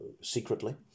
secretly